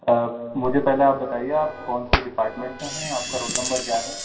مجھے پہلے آپ بتائیے آپ کون سے ڈپارٹمنٹ میں ہیں آپ کا رول نمبر کیا ہے